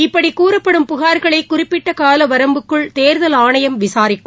இப்படிகூறப்படும் புகார்களைகுறிப்பிட்டகாலவரம்புக்குள் தேர்தல் ஆணையம் விசாரிக்கும்